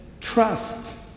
trust